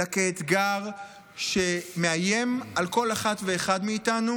אלא כאתגר שמאיים על כל אחת ואחד מאיתנו